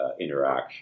interaction